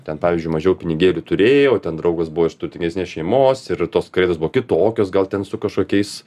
ten pavyzdžiui mažiau pinigėlių turėjai o ten draugas buvo iš turtingesnės šeimos ir tos kalėdos buvo kitokios gal ten su kažkokiais